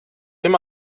dem